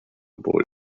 boy